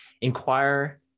inquire